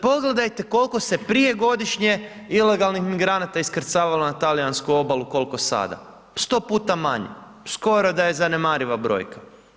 Pogledajte koliko se prije godišnje ilegalnih migranata iskrcavalo na talijansku obalu a koliko sada, 100 puta manje, skoro da je zanemariva brojka.